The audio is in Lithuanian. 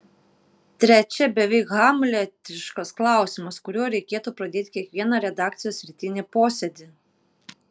trečia beveik hamletiškas klausimas kuriuo reikėtų pradėti kiekvieną redakcijos rytinį posėdį